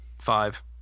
Five